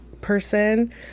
person